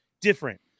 Different